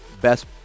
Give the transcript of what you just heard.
best